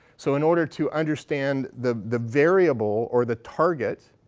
so in order to understand the the variable or the target,